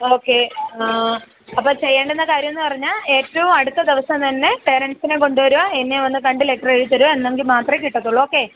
okay അപ്പം ചെയ്യേണ്ടുന്ന കാര്യമെന്ന് പറഞ്ഞാൽ ഏറ്റവും അടുത്ത ദിവസം തന്നെ പേരന്റ്സിനെയും കൊണ്ടുവരിക എന്നെ വന്നുകണ്ട് ലെറ്റർ എഴുതിത്തരിക എന്നെങ്കിൽ മാത്രമേ കിട്ടത്തുള്ളൂ ഓക്കെ